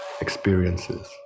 experiences